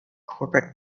corporate